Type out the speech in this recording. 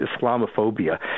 Islamophobia